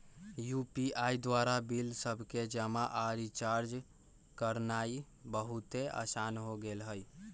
UPI द्वारा bill सभके जमा आऽ रिचार्ज करनाइ बहुते असान हो गेल हइ